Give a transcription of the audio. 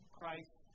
Christ